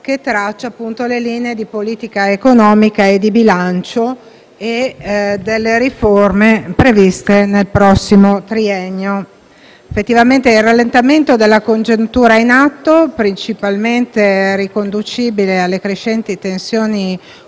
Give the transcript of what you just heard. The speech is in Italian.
che traccia le linee di politica economica e di bilancio e delle riforme previste nel prossimo triennio. Il rallentamento della congiuntura in atto, principalmente riconducibile alle crescenti tensioni